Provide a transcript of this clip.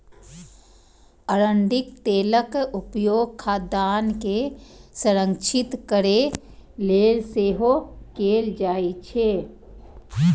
अरंडीक तेलक उपयोग खाद्यान्न के संरक्षित करै लेल सेहो कैल जाइ छै